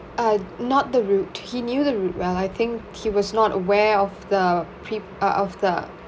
uh not the route he knew the route well I think he was not aware of the pre~ uh of the